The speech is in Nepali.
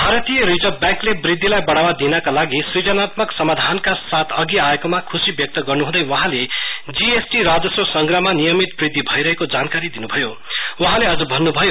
भारतीय रिजर्व व्याङ्कले वृद्धिलाई बढ़ावा दिनका लागि सूजनात्मक समाधानका साथ अघि आएकोमा खुशी व्यक्त गर्नुहुँदै वहाँले जीएएटी राजस्व संग्रहमा नियमित वृद्धि भइरहेको जानकारी दिन्भयो वहाँले अझ भन्नुभयो